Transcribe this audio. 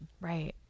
right